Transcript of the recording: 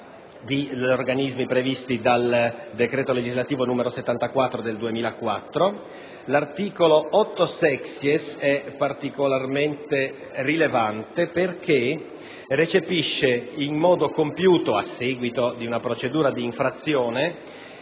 di organismi previsti dal decreto legislativo n. 74 del 2002. L'articolo 8-*sexies* è particolarmente rilevante perché recepisce in modo compiuto, a seguito di una procedura di infrazione,